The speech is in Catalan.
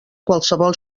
qualsevol